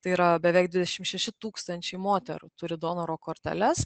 tai yra beveik dvidešim šeši tūkstančiai moterų turi donoro korteles